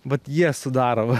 vat jie sudaro va